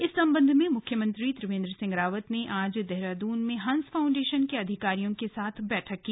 इस सबंध में मुख्यमंत्री त्रिवेन्द्र सिंह रावत ने आज देहरादून में हंस फाउण्डेशन के अधिकारियों के साथ बैठक की